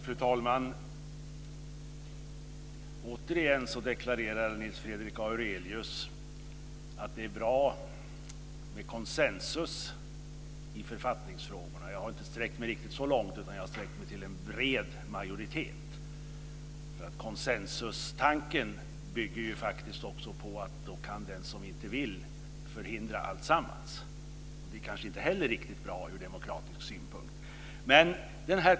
Fru talman! Återigen deklarerar Nils Fredrik Aurelius att det är bra med konsensus i författningsfrågor. Jag har inte sträckt mig riktigt så långt, utan jag har sträckt mig till en bred majoritet. Konsensustanken bygger ju på att den som inte vill kan förhindra alltsammans, och det är kanske inte heller riktigt bra från demokratisk synpunkt.